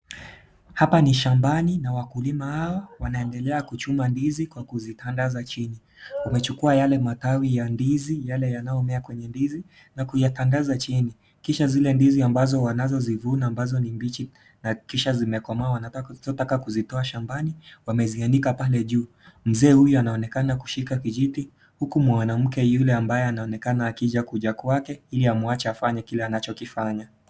Hapa ni shambani na wakulima hawa wanaendelea kuchuma ndzi, kwa kuzitandaza chini. Wamechukua yale matawi ya ndizi, yale yanayomea kwenye ndizi na kuyatandaza chini. Kisha zile ndizi ambazo wanazozivuna ambazo ni mbichi, wanahakikisha zimekomaa. Wanataka kuzitoa shambani, wamezianika pale juu. Mzee huyu anaonekana kushika kijiti, huku mwanamke yule ambaye anaonekana akija kuja kwake ili amwache afanye kile anachokifanya.